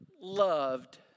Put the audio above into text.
loved